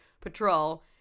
patrol